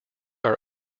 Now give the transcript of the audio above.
our